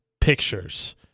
pictures